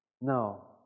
No